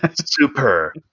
Super